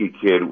kid